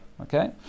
Okay